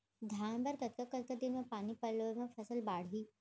धान बर कतका कतका दिन म पानी पलोय म फसल बाड़ही?